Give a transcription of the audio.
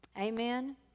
Amen